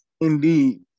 Indeed